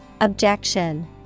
Objection